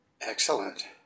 Excellent